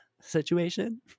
situation